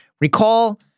Recall